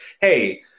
hey